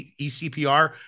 ECPR